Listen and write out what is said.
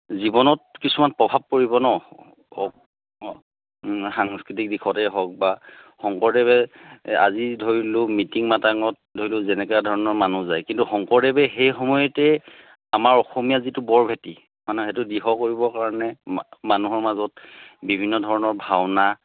জীৱনত কিছুমান প্ৰভাৱ পৰিব ন সাংস্কৃতিক দিশতেই হওক বা শংকৰদেৱে আজি ধৰি লওক মিটিং মাটাংত ধৰি লওক যেনেকুৱা ধৰণৰ মানুহ যায় কিন্তু শংকৰদেৱে সেই সময়তে আমাৰ অসমীয়া যিটো বৰভেটি মানে সেইটো দৃঢ় কৰিবৰ কাৰণে মানুহৰ মাজত বিভিন্ন ধৰণৰ ভাওনা